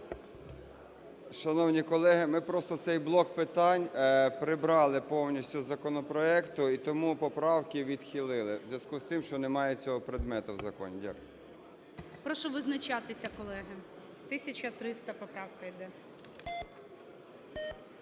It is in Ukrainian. Шановні колеги, ми просто цей блок питань прибрали повністю з законопроекту, і тому поправки відхилили в зв'язку з тим, що немає цього предмету в законі. Дякую. ГОЛОВУЮЧИЙ. Прошу визначатися, колеги. 1300 поправка йде.